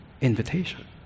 invitation